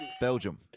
Belgium